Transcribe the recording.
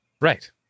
Right